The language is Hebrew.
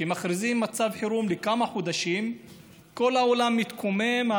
כשמכריזים שם על מצב חירום לכמה חודשים כל העולם מתקומם,